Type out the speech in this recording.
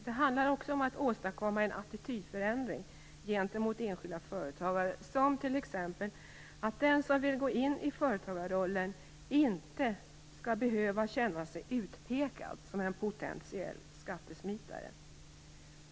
Det handlar också om att åstadkomma en attitydförändring gentemot enskilda företagare. Den som vill gå in i företagarrollen skall t.ex. inte behöva känna sig utpekad som potentiell skattesmitare.